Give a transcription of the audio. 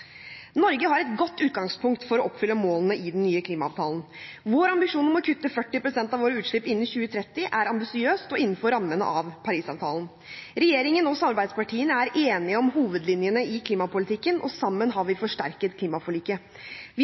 Norge har et godt utgangspunkt for å oppfylle målene i den nye klimaavtalen. Vårt mål om å kutte 40 pst. av våre utslipp innen 2030 er ambisiøst også innenfor rammene av Paris-avtalen. Regjeringen og samarbeidspartiene er enige om hovedlinjene i klimapolitikken, og sammen har vi forsterket klimaforliket. Vi